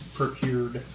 procured